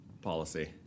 policy